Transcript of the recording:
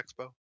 expo